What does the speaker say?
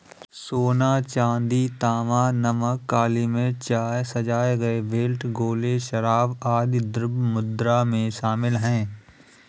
सोना, चांदी, तांबा, नमक, काली मिर्च, चाय, सजाए गए बेल्ट, गोले, शराब, आदि द्रव्य मुद्रा में शामिल हैं